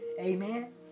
Amen